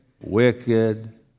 wicked